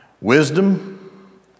Wisdom